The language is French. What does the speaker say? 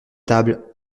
table